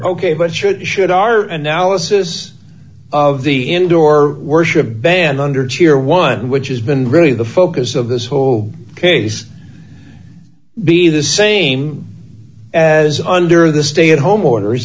ok but should should our analysis of the indoor worship band under cheer one which has been really the focus of this whole case be the same as under the stay at home o